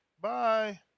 Bye